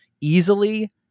easily